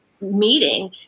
meeting